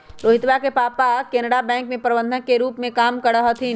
रोहितवा के पापा केनरा बैंक के प्रबंधक के रूप में काम करा हथिन